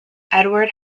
edward